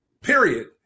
period